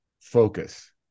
focus